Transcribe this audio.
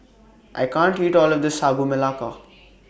I can't eat All of This Sagu Melaka